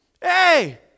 Hey